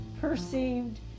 perceived